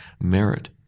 merit